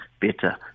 better